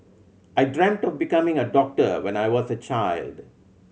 I dreamt of becoming a doctor when I was a child